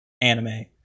anime